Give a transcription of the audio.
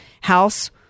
house